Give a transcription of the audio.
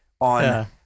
on –